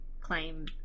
claim